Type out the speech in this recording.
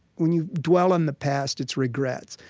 when you dwell in the past, it's regrets.